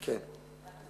כן.